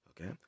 Okay